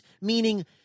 meaning